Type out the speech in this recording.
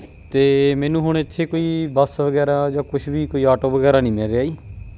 ਅਤੇ ਮੈਨੂੰ ਹੁਣ ਇੱਥੇ ਕੋਈ ਬੱਸ ਵਗੈਰਾ ਜਾਂ ਕੁਛ ਵੀ ਕੋਈ ਆਟੋ ਵਗੈਰਾ ਨਹੀਂ ਮਿਲ ਰਿਹਾ ਜੀ